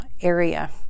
area